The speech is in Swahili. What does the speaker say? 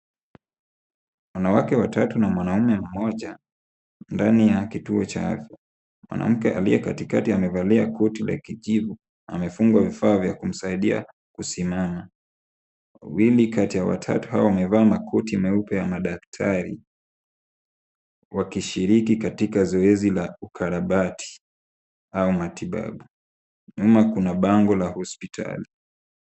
Wanawake watatu na mwanaume mmoja ndani ya kituo cha afya. Mwanamke aliyekatikati amevalia koti la kijivu, amefungwa vifaa vya kumsaidia kusimama, wawili kati ya watatu hawa wamevaa makoti meupe ya madaktari wakishiriki katika zoezi la ukarabati au matibabu, nyuma kuna bango la hospitali.